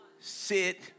sit